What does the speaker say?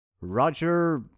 Roger